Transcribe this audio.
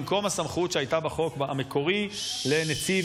במקום הסמכות שהייתה בחוק המקורי לנציב